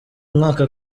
mwaka